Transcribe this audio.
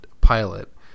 pilot